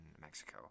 Mexico